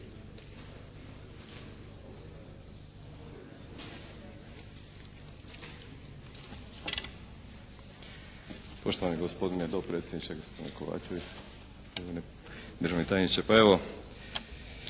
Poštovani gospodine dopredsjedniče, gospodine Kovačević, državni tajniče. Pa evo,